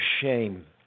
shame